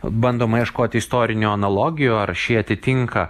bandoma ieškoti istorinių analogijų ar ši atitinka